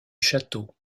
château